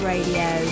Radio